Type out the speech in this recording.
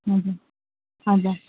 हजुर हजुर